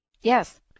Yes